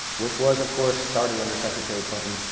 which was, of course, started under secretary clinton.